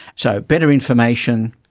so, better information,